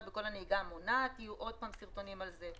בקורסי נהיגה המונעת יהיו סרטונים על זה.